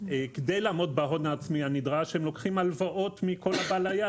כדי לעמוד בהון העצמי הנדרש הם לוקחים הלוואות מכל הבא ליד.